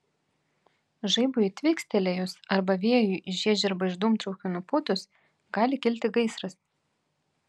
žaibui tvykstelėjus arba vėjui žiežirbą iš dūmtraukių nupūtus gali kilti gaisras